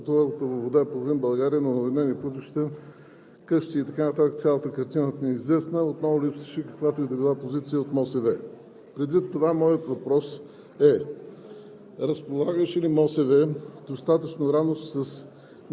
Понеделник тази седмица, когато медиите представиха картината на потъналата във вода половин България, наводнени пътища, къщи и така нататък, цялата картина ни е известна, отново липсваше каквато и да била позиция от МОСВ. Предвид това моят въпрос е: